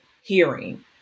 hearing